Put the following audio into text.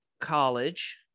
college